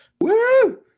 Woo